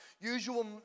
usual